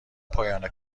پایان